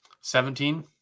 Seventeen